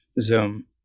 Zoom